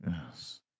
Yes